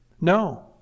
No